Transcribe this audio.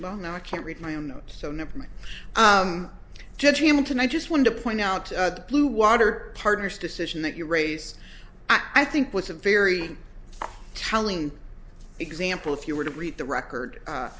know now i can't read my own notes so nevermind judge hamilton i just wanted to point out the bluewater partners decision that you raise i think was a very telling example if you were to read the record